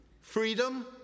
Freedom